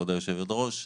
כבוד היושבת-ראש,